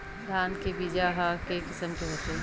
धान के बीजा ह के किसम के होथे?